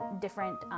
different